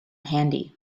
handy